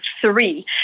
three